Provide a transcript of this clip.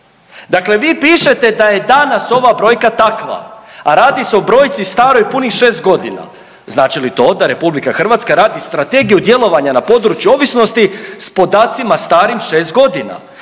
Dakle, vi pišete da je danas ova brojka takva, a radi se o brojci staroj punih 6 godina. Znači li to da RH radi strategiju djelovanja na području ovisnosti s podacima starim 6 godina?